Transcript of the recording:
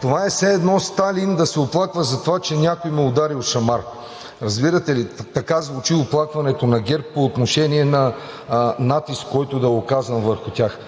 това е все едно Сталин да се оплаква затова, че някой му е ударил шамар. Разбирате ли? Така звучи оплакването на ГЕРБ по отношение на натиск, който да е оказан върху тях.